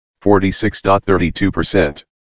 46.32%